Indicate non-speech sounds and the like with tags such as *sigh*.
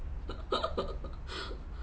*laughs*